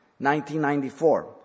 1994